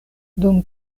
dum